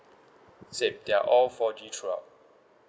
same they are all four G throughout